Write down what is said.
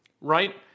right